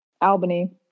Albany